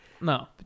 no